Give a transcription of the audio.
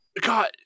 God